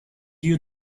you